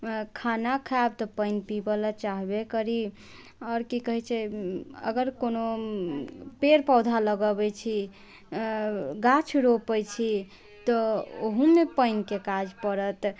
खाना खायब तऽ पानि पीबऽ लए चाहबे करी आओर की कहैत छै अगर कोनो पेड़ पौधा लगबैत छी गाछ रोपैत छी तऽ ओहोमे पानिके काज पड़त